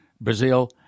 Brazil